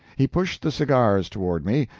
he pushed the cigars toward me,